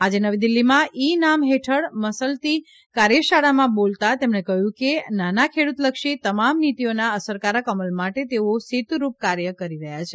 આજે નવી દીલ્ફીમાં ઇ નામ હેઠળ મસલતિ કાર્યશાળામાં બોલતાં તેમણે કહ્યું કે નાના ખેડૂતલક્ષી તમામ નિતીઓના અસરકારક અમલ માટે તેઓ સેતૂરૂપ કાર્ય કરી રહ્યા છે